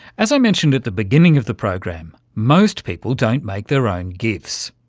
as i mentioned at the beginning of the program, most people don't make their own gifs,